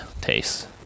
taste